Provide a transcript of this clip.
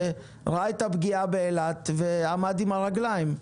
ראה את הפגיעה באילת ועמד עם הרגליים.